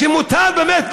שמותר באמת,